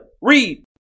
Read